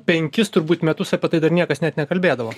penkis turbūt metus apie tai dar niekas net nekalbėdavo